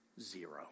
zero